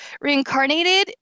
reincarnated